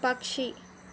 పక్షి